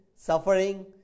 Suffering